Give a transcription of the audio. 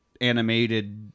animated